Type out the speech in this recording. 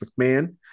mcmahon